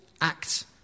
act